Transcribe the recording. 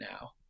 now